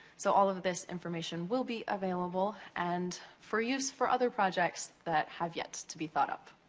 so, all of this information will be available and for use for other projects that have yet to be thought up.